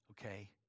Okay